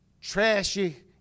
trashy